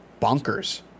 bonkers